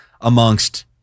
amongst